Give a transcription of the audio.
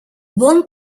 one